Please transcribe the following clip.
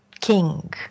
king